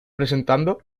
presentando